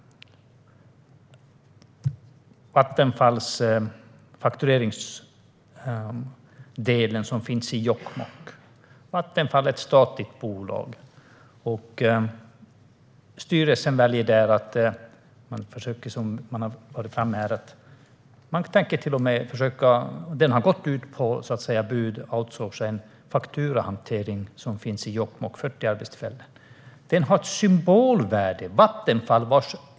Vattenfall har en faktureringsdel i Jokkmokk. Vattenfall är ett statligt bolag. Denna fakturahantering i Jokkmokk med 40 arbetstillfällen har lagts ut för outsourcing med budgivning. Men den har ett symbolvärde.